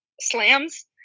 slams